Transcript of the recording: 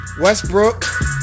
Westbrook